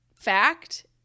fact